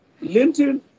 Linton